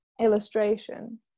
illustration